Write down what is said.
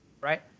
right